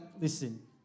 listen